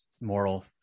moral